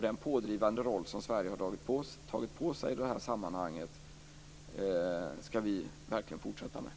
Den pådrivande roll som Sverige har tagit på sig i detta sammanhang ska vi verkligen fortsätta att ha.